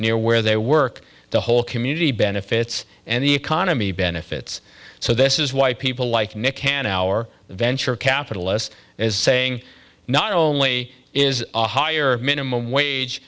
near where they work the whole community benefits and the economy benefits so this is why people like nick hanauer the venture capitalist is saying not only is a higher minimum